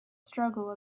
struggle